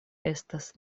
estas